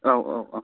औ औ औ